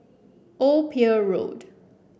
Old Pier Road